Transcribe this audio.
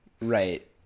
right